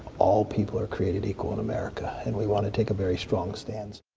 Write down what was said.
all people are created equal in america, and we want to take a very strong stance.